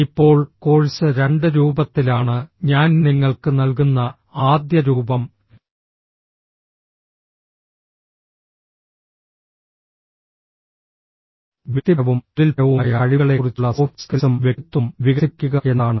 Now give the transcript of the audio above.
ഇപ്പോൾ കോഴ്സ് രണ്ട് രൂപത്തിലാണ് ഞാൻ നിങ്ങൾക്ക് നൽകുന്ന ആദ്യ രൂപം വ്യക്തിപരവും തൊഴിൽപരവുമായ കഴിവുകളെക്കുറിച്ചുള്ള സോഫ്റ്റ് സ്കിൽസും വ്യക്തിത്വവും വികസിപ്പിക്കുക എന്നതാണ്